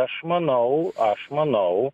aš manau aš manau